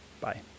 Bye